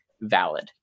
valid